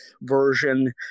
version